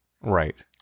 Right